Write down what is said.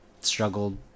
struggled